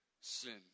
sin